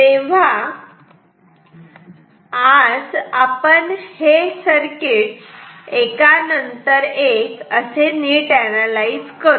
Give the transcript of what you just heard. तेव्हा आज आपण हे सर्किट एकानंतर एक असे नीट अनालाइज करू